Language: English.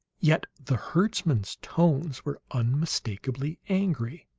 yet the herdsman's tones were unmistakably angry.